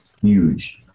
huge